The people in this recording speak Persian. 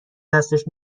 دستش